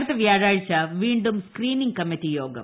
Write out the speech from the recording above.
അടുത്ത വൃാഴാഴ്ച വീണ്ടും സ്ക്രീനിംഗ് കമ്മിറ്റി യോഗം